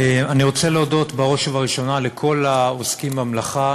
אני רוצה להודות בראש ובראשונה לכל העוסקים במלאכה,